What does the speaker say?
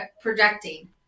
Projecting